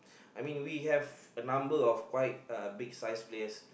I mean we have a number of quite uh big sized players